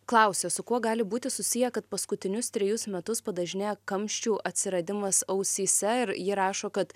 klausia su kuo gali būti susiję kad paskutinius trejus metus padažnėja kamščių atsiradimas ausyse ir ji rašo kad